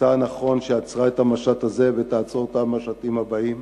ועשתה נכון שעצרה את המשט הזה ותעצור את המשטים הבאים.